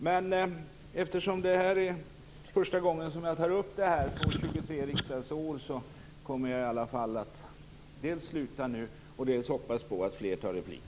Men eftersom det här är första gången som jag tar upp det här under 23 riksdagsår, kommer jag nu dels att sluta, dels hoppas att också fler tar replik.